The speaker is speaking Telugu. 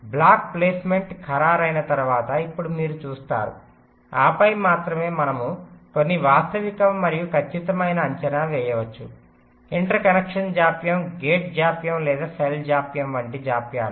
బ్లాక్ ప్లేస్మెంట్ ఖరారైన తర్వాత ఇప్పుడు మీరు చూస్తారు ఆపై మాత్రమే మనము కొన్ని వాస్తవిక మరియు ఖచ్చితమైన అంచనా వేయవచ్చు ఇంటర్ కనెక్షన్ జాప్యం గేట్ జాప్యం లేదా సెల్ జాప్యం వంటి జాప్యాలు